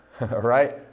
right